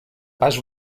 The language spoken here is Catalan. pas